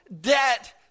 debt